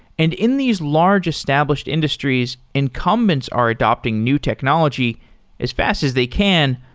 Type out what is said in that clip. and in these large established industries, incumbents are adopting new technology as fast as they can,